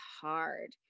hard